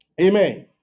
Amen